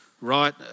right